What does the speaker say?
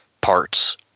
parts